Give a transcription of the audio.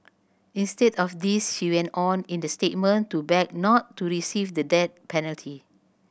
instead of this she went on in the statement to beg not to receive the death penalty